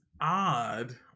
odd